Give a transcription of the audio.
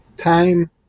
Time